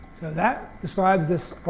so that describes this